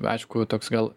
aišku toks gal